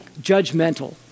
judgmental